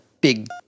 big